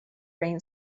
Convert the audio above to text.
brain